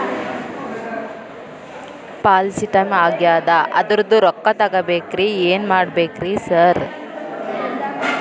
Policy time ಆಗ್ಯಾದ ಅದ್ರದು ರೊಕ್ಕ ತಗಬೇಕ್ರಿ ಏನ್ ಮಾಡ್ಬೇಕ್ ರಿ ಸಾರ್?